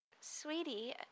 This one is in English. Sweetie